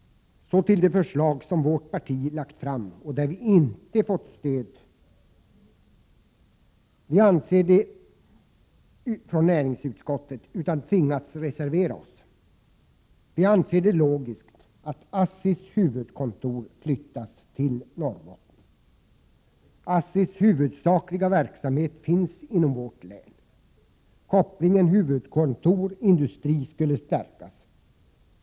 Så till de förslag som vårt parti lagt fram men som inte fått stöd från näringsutskottet, varför vi tvingats reservera Oss. Vi anser det logiskt att ASSI:s huvudkontor flyttas till Norrbotten. ASSI:s huvudsakliga verksamhet finns inom vårt län. Kopplingen huvudkontor—industri skulle stärkas.